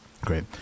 Great